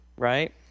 Right